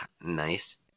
Nice